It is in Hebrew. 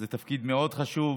זה תפקיד מאוד חשוב,